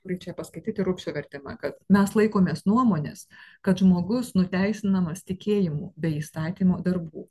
kurį čia paskaityti rubšio vertimą kad mes laikomės nuomonės kad žmogus nuteisinamas tikėjimu be įstatymo darbų